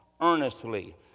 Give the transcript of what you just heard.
earnestly